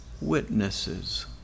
Witnesses